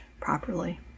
properly